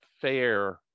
fair